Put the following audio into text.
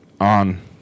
on